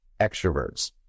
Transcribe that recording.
extroverts